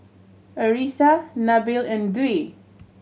Arissa Nabil and Dwi